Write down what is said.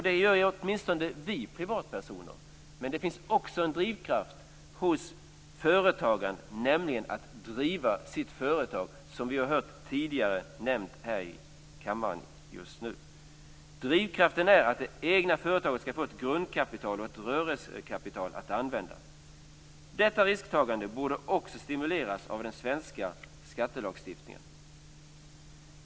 Det gör åtminstone vi privatpersoner. Men det finns också en drivkraft hos företagaren, nämligen att driva sitt företag, som har nämnts tidigare här i kammaren i dag. Drivkraften är att det egna företaget skall få ett grundkapital och ett rörelsekapital att använda. Detta risktagande borde också stimuleras av den svenska skattelagstiftningen.